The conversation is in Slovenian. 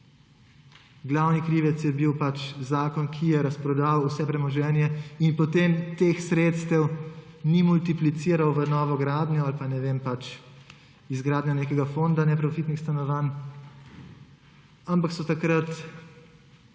Glavni krivec je bil zakon, ki je razprodal vse premoženje, in potem teh sredstev ni multipliciral v novogradnjo ali pa, ne vem, izgradnjo nekega fonda neprofitnih stanovanj, ampak so takrat,